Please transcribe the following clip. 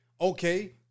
Okay